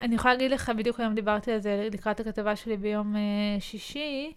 אני יכולה להגיד לך בדיוק היום דיברתי על זה לקראת הכתבה שלי ביום שישי.